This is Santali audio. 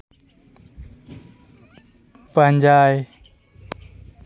ᱯᱟᱸᱡᱟᱭ